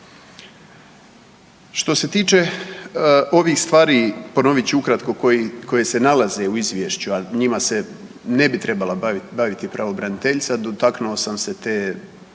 Što se tiče ovih stvari, ponovit ću ukratko koje se nalaze u izvješću, a njima se ne bi trebala baviti pravobraniteljica, dotaknuo sam se